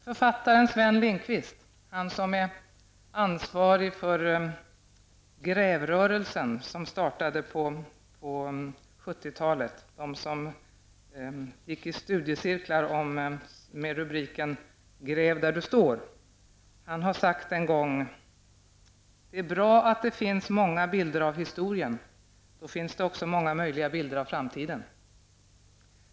Författaren Sven Lindqvist, han som är ansvarig för Grävrörelsen som startade på 70-talet, där man gick i studiecirklar med rubriken ''Gräv där du står'', har en gång sagt: ''Det är bra att det finns många bilder av historien, då finns det också många möjliga bilder av framtiden.''